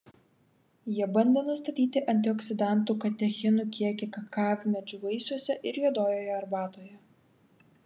jie bandė nustatyti antioksidantų katechinų kiekį kakavmedžių vaisiuose ir juodojoje arbatoje